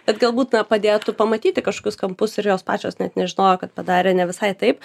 bet galbūt na padėtų pamatyti kažkokius kampus ir jos pačios net nežinojo kad padarė ne visai taip